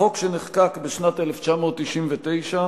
החוק שנחקק בשנת 1999,